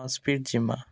ହଁ ସ୍ପିଡ଼୍ ଜିମା